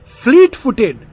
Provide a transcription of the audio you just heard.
fleet-footed